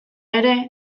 ere